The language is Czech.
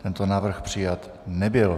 Tento návrh přijat nebyl.